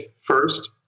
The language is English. first